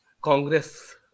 Congress